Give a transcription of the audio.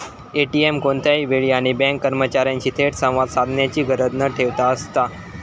ATM कोणत्याही वेळी आणि बँक कर्मचार्यांशी थेट संवाद साधण्याची गरज न ठेवता असता